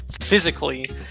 physically